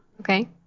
Okay